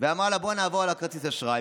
ואמרה לה: בואי נעבור על כרטיס האשראי,